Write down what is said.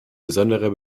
besonderer